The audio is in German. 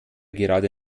gerade